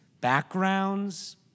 backgrounds